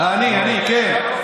אני, אני, כן.